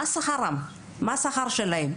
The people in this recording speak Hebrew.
מה השכר שלהן?